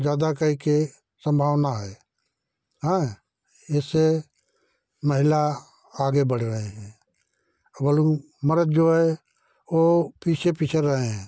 ज्यादा करके संभावना है हाँ इससे महिला आगे बढ़ रही हैं और मर्द जो है वो पीछे पिछड़ रहें हैं